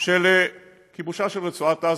של כיבושה של רצועת עזה,